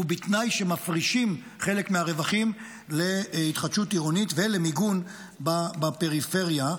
ובתנאי שמפרישים חלק מהרווחים להתחדשות עירונית ולמיגון בפריפריה.